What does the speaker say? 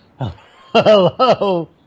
Hello